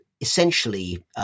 essentially